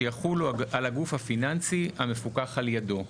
שיחולו על הגוף הפיננסי המפוקח על ידו.